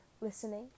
listening